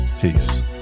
Peace